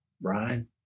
Brian